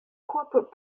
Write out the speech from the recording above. corporate